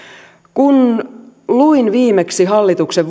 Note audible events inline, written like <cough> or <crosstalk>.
kun luin viimeksi hallituksen <unintelligible>